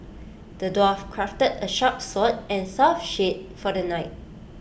the dwarf crafted A sharp sword and tough shield for the knight